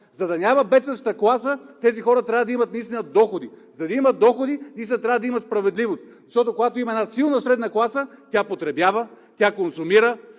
За да няма бедстваща класа, тези хора трябва да имат доходи, за да имат доходи, трябва да има справедливост. Когато има една силна средна класа, тя потребява, тя консумира,